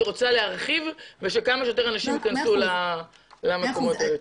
אני רוצה להרחיב וכמה שיותר אנשים טובים ייכנסו למקומות האלה.